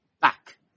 back